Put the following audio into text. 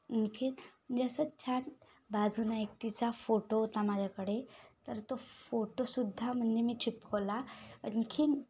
आणखीन म्हणजे असं छान बाजूने एक तिचा फोटो होता माझ्याकडे तर तो फोटोसुद्धा म्हणजे मी चिपकवला आणखीन